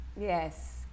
Yes